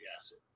acid